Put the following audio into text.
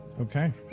Okay